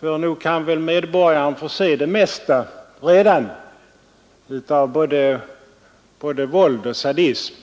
redan är det möjligt att få se det mesta av både våld och sadism.